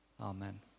Amen